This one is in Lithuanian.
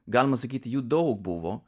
galima sakyti jų daug buvo